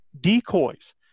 decoys